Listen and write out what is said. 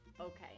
Okay